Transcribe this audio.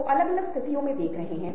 तो आपकी यह आदत हो सकती है